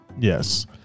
Yes